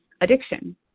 addiction